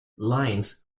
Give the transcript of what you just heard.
lions